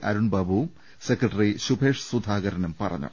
അരുൺബാബുവും secretary Shubhesh സുധാകരനും പറഞ്ഞു